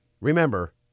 remember